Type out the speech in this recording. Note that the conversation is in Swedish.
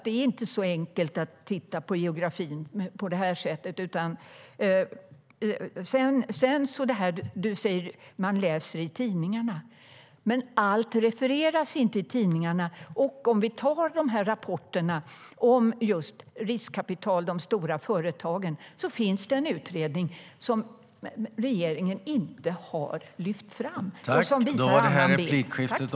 Det är inte så enkelt som att titta på geografin på det här sättet.